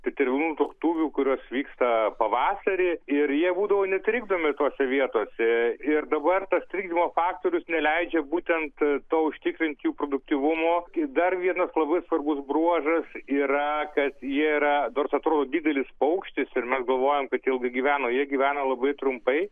tetervinų tuoktuvių kurios vyksta pavasarį ir jie būdavo netrikdomai tose vietose ir dabar tas trikdymo faktorius neleidžia būtent to užtikrint jų produktyvumo ir dar vienas labai svarbus bruožas yra kad jie yra dar jis atrodo didelis aukštis ir mes galvojam kad jau gyvena jie gyvena labai trumpai